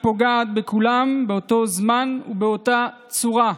היא פוגעת בכולם באותו זמן ובאותה צורה,